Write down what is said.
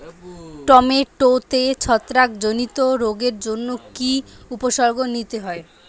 টমেটোতে ছত্রাক জনিত রোগের জন্য কি উপসর্গ নিতে হয়?